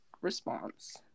response